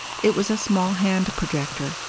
it was a small hand projector,